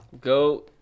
Go